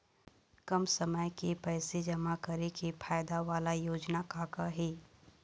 कम समय के पैसे जमा करे के फायदा वाला योजना का का हे?